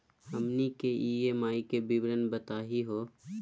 हमनी के ई.एम.आई के विवरण बताही हो?